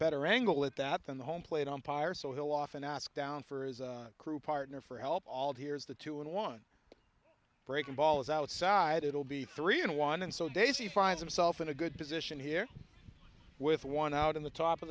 better angle at that than the home plate umpire so he'll often ask down for crew partner for help all hears the two and one breaking ball is outside it will be three in one and so daisy finds himself in a good position here with one out in the top of